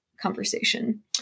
conversation